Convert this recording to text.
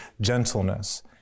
gentleness